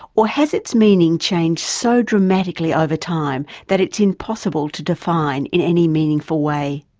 or has its meaning changed so dramatically over time that it's impossible to define in any meaningful way?